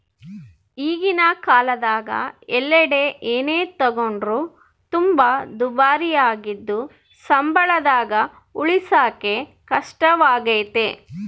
ಈಗಿನ ಕಾಲದಗ ಎಲ್ಲೆಡೆ ಏನೇ ತಗೊಂಡ್ರು ತುಂಬಾ ದುಬಾರಿಯಾಗಿದ್ದು ಸಂಬಳದಾಗ ಉಳಿಸಕೇ ಕಷ್ಟವಾಗೈತೆ